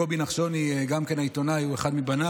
קובי נחשוני, גם כן עיתונאי, הוא אחד מבניו.